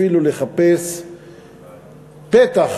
אפילו לחפש פתח,